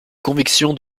conviction